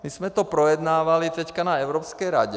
My jsme to projednávali teďka na Evropské radě.